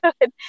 good